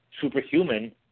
superhuman